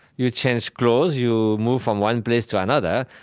you change clothes, you move from one place to another.